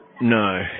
No